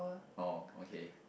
oh okay